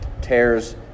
tears